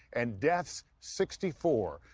and deaths, sixty four.